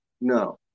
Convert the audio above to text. No